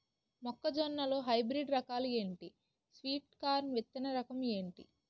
మొక్క జొన్న లో హైబ్రిడ్ రకాలు ఎంటి? స్వీట్ కార్న్ విత్తన రకం ఏంటి?